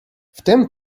wtem